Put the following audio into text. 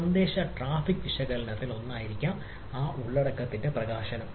സന്ദേശ ട്രാഫിക് വിശകലനത്തിൽ ഒന്നായിരിക്കാം സന്ദേശ ഉള്ളടക്കത്തിന്റെ പ്രകാശനം